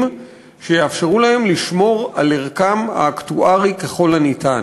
שיאפשרו להן לשמור על ערכן האקטוארי ככל הניתן,